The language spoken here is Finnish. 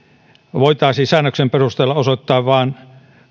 voitaisiin säännöksen perusteella osoittaa vain